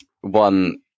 One